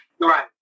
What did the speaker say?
Right